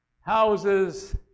houses